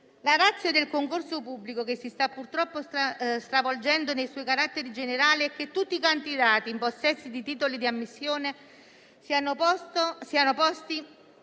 La *ratio* del concorso pubblico, che si sta purtroppo stravolgendo nei suoi caratteri generali, è che tutti i candidati in possesso di titoli di ammissione siano posti